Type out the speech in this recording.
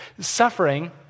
Suffering